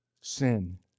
sin